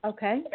Okay